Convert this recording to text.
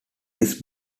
his